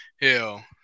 Hell